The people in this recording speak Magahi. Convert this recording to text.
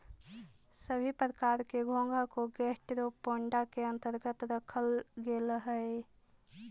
सभी प्रकार के घोंघा को गैस्ट्रोपोडा के अन्तर्गत रखल गेलई हे